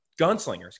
gunslingers